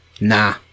nah